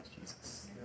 Jesus